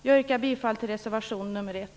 Jag yrkar bifall till reservation 1.